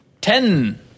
Ten